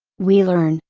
we learn,